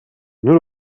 nur